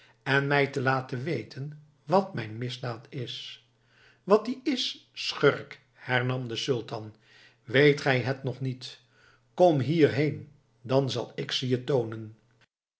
en mij te laten weten wat mijn misdaad is wat die is schurk hernam de sultan weet gij het nog niet kom hierheen dan zal ik ze je toonen